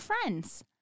friends